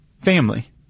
family